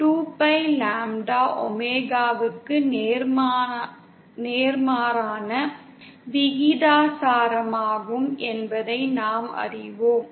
2pi lambda ஒமேகாவுக்கு நேர்மாறான விகிதாசாரமாகும் என்பதை நாம் அறிவோம்